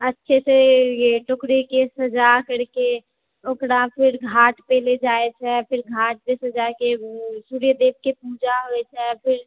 अच्छे से ये टोकरी के सजा करके ओकरा फेर घाट पे ले जाइ छै फेर घाट के सजाके फेर सूर्यदेव के पूजा होइ छै फेर